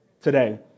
today